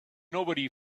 nobody